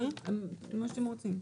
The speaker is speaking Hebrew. מה שאתם רוצים.